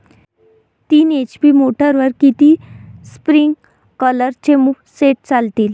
तीन एच.पी मोटरवर किती स्प्रिंकलरचे सेट चालतीन?